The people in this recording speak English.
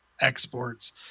exports